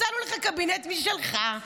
מצאנו לך קבינט משלך.